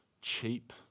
cheap